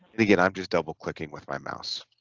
and again i'm just double clicking with my mouse